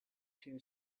clear